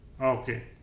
Okay